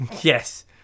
Yes